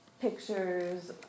pictures